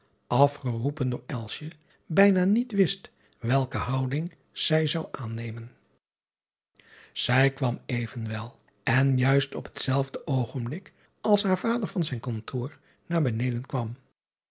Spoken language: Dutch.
afgeroepen door bijna niet wist welke houding zij zou aannemen ij kwam evenwel en juist op hetzelfde oogenblik als haar vader van zijn kantoor naar beneden kwam